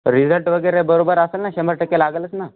result वगैरे बरोबर असंल ना शंभर टक्के लागलंच ना